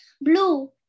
Blue